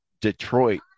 detroit